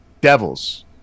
Devils